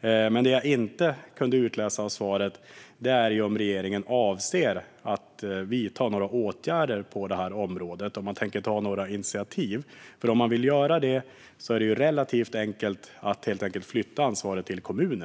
Men jag kunde inte utläsa av svaret om regeringen avser att vidta några åtgärder eller ta några initiativ på detta område. Om man vill göra det är det relativt enkelt att helt enkelt flytta ansvaret till kommunerna.